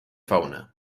fauna